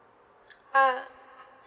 ah